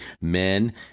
men